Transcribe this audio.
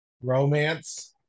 Romance